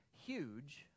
huge